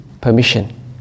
permission